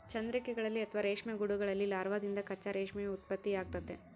ಚಂದ್ರಿಕೆಗಳಲ್ಲಿ ಅಥವಾ ರೇಷ್ಮೆ ಗೂಡುಗಳಲ್ಲಿ ಲಾರ್ವಾದಿಂದ ಕಚ್ಚಾ ರೇಷ್ಮೆಯ ಉತ್ಪತ್ತಿಯಾಗ್ತತೆ